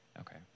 Okay